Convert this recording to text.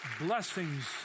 Blessings